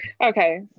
Okay